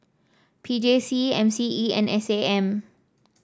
P J C M C E and S A M